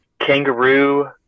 kangaroo